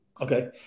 Okay